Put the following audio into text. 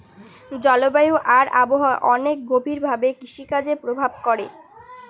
জলবায়ু আর আবহাওয়া অনেক গভীর ভাবে কৃষিকাজে প্রভাব করে